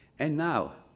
and now,